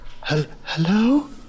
Hello